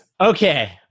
Okay